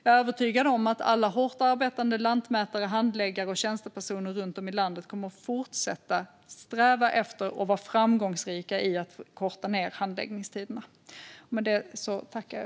Jag är övertygad om att alla hårt arbetande lantmätare, handläggare och tjänstepersoner runt om i landet kommer att fortsätta att sträva efter och vara framgångsrika i att korta ned handläggningstiderna.